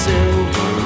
Silver